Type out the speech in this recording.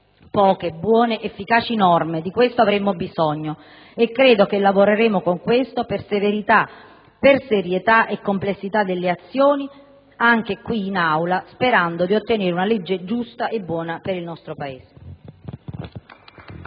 poche, buone, efficaci norme, di questo avremmo bisogno e credo che lavoreremo per questo con severità, con serietà e complessità delle azioni anche qui in Aula, sperando di ottenere una legge giusta e buona per il nostro Paese.